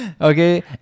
Okay